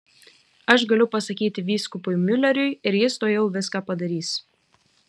aš galiu pasakyti vyskupui miuleriui ir jis tuojau viską padarys